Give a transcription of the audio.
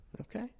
Okay